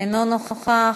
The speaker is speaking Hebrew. אינו נוכח,